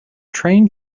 train